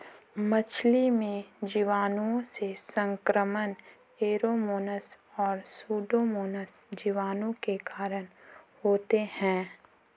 मछली में जीवाणुओं से संक्रमण ऐरोमोनास और सुडोमोनास जीवाणु के कारण होते हैं